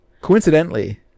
coincidentally